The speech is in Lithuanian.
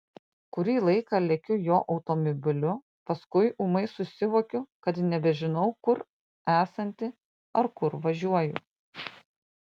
kurį laiką lekiu jo automobiliu paskui ūmai susivokiu kad nebežinau kur esanti ar kur važiuoju